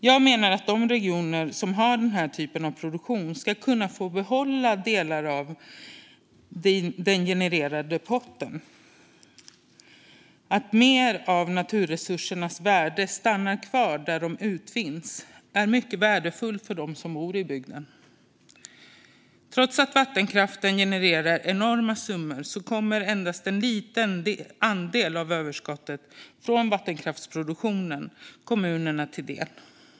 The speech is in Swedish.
Jag menar att de regioner som har denna typ av produktion ska kunna få behålla delar av den pott som produktionen genererar. Att mer av naturresursernas värde stannar kvar där de utvinns är mycket värdefullt för dem som bor i bygden. Trots att vattenkraften genererar enorma summor kommer endast en liten andel av överskottet från vattenkraftsproduktionen kommunerna till del.